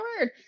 word